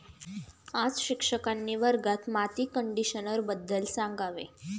आज शिक्षकांनी वर्गात माती कंडिशनरबद्दल सांगावे